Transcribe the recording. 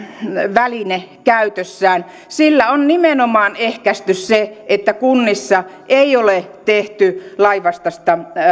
väline käytössään sillä on nimenomaan ehkäisty se että kunnissa ei ole tehty lainvastaisia